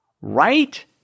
Right